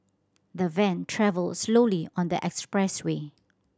the van travelled slowly on the expressway